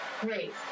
Great